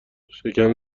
شکم